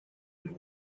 been